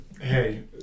Hey